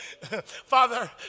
Father